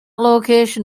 location